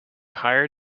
higher